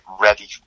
ready